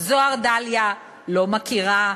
"זהר דליה" לא מכירה,